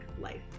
life